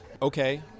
okay